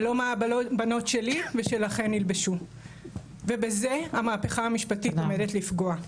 ולא מה הבנות שלי ושלכן ילבשו ובזה המהפכה המשפטית עומדת לפגוע,